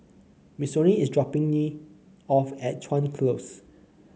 Missouri is dropping me off at Chuan Close